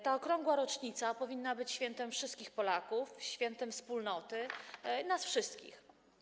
Ta okrągła rocznica powinna być świętem wszystkich Polaków, świętem wspólnoty nas wszystkich.